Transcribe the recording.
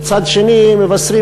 ומצד שני מבשרים,